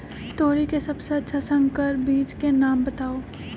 तोरी के सबसे अच्छा संकर बीज के नाम बताऊ?